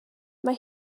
mae